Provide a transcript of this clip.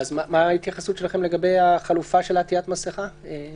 מהי התייחסותכם לגבי החלופה של עטיית מסיכה?